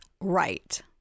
Right